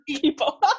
people